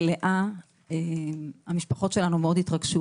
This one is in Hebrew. מלאה, המשפחות שלנו מאוד התרגשו.